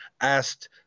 asked